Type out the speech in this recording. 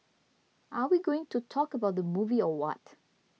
are we going to talk about the movie or what